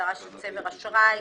הגדרה של צבר אשראי,